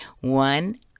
One